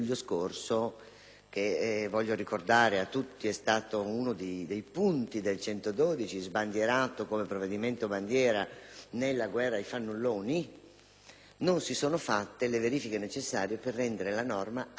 (che, voglio ricordare a tutti, è stato uno dei punti del decreto sbandierato come provvedimento bandiera nella guerra ai fannulloni), non si sono fatte le verifiche necessarie per rendere la norma attuabile.